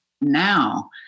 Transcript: now